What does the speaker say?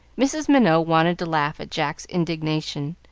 mrs. minot wanted to laugh at jack's indignation,